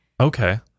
Okay